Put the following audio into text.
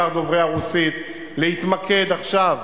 בעיקר דוברי הרוסית, להתמקד עכשיו,